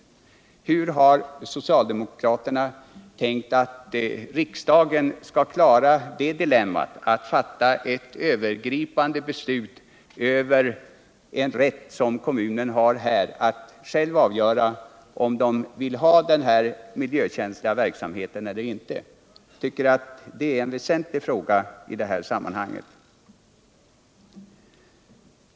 Hur har socialdemokraterna tänkt sig att riksdagen skall klara detta dilemma, att fatta ett övergripande beslut när det gäller en rätt där en kommun har att själv avgöra om den accepterar den här miljömässiga verksamheten eller inte? Det är en väsentlig fråga i detta sammanhang.